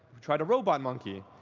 we tried a robot monkey,